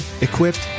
equipped